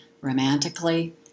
romantically